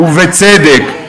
ובצדק.